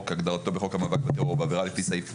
כהגדרתו בחוק המאבק בטרור או בעבירה לפי סעיף 24,